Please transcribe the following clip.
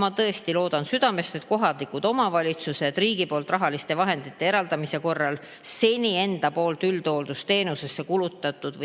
Ma tõesti loodan südamest, et kohalikud omavalitsused riigi poolt rahaliste vahendite eraldamise korral seni enda poolt üldhooldusteenuseks kulutatud 19%